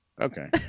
Okay